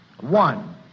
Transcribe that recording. One